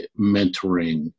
mentoring